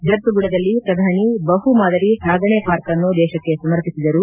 ಜರ್ಸುಗುಡದಲ್ಲ ಪ್ರಧಾನಿ ಬಹು ಮಾದಲಿ ಸಾಗಣೆ ಪಾರ್ಕ್ ಅನ್ನು ದೇಶಕ್ನೆ ಸಮರ್ಪಿಸಿದರು